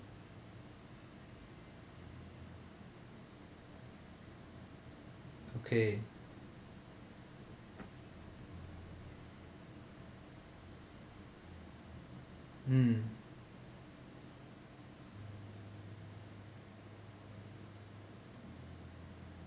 okay mm